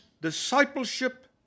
discipleship